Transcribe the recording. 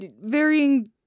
varying